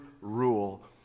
rule